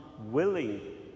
willing